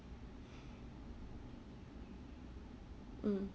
mm